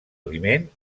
aliment